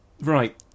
Right